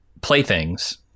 playthings